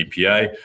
EPA